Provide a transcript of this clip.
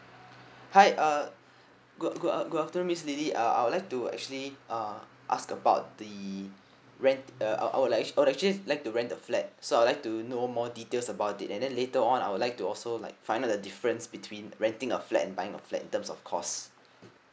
hi uh good good good afternoon miss L I L Y uh I would like to actually uh ask about the rent uh I would actually I would actually like to rent the flat so I would like to know more details about it and then later on I would like to also like find out the difference between renting a flat buying a flat in terms of cost